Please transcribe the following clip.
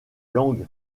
langue